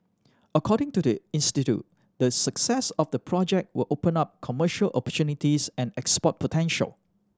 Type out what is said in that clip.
according to the institute the success of the project will open up commercial opportunities and export potential